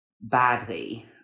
badly